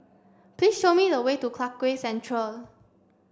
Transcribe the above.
please show me the way to Clarke Quay Central